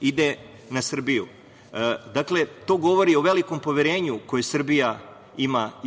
ide na Srbiju. Dakle, to govori o velikom poverenju koje Srbija ima